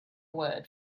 word